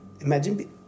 Imagine